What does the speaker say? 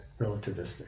relativistic